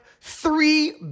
three